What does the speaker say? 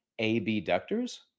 abductors